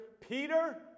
Peter